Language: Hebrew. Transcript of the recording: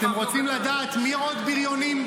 אתם רוצים לדעת מי עוד בריונים?